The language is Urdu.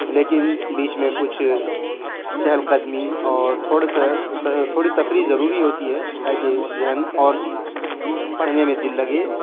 لیکن بیچ میں کچھ چہل قدمی اور تھوڑے سے تھوڑی تفریح ضروری ہوتی ہے تا کہ ذہن اور پڑھنے میں دل لگے